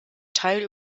teil